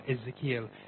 Ezekiel